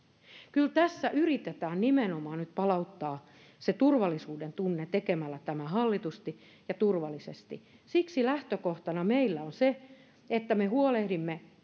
kyllä tässä yritetään nimenomaan nyt palauttaa se turvallisuudentunne tekemällä tämä hallitusti ja turvallisesti siksi lähtökohtana meillä on se että me huolehdimme